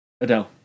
Adele